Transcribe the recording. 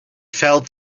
felt